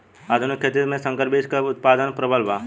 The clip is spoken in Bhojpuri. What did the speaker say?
आधुनिक खेती में संकर बीज क उतपादन प्रबल बा